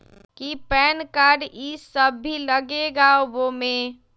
कि PAN card इ सब भी लगेगा वो में?